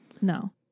No